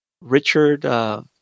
Richard